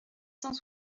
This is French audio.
cent